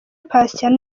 patient